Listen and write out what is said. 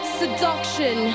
seduction